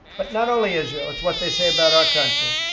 but not only israel it's what they say about our country.